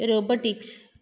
robotics